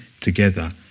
together